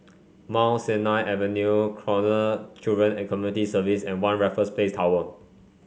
Mount Sinai Avenue Canossaville Children and Community Service and One Raffles Place Tower